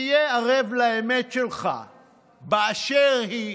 תהיה ערב לאמת שלך באשר היא,